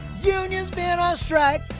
unions being on ah strike,